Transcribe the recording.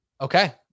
Okay